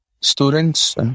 students